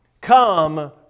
come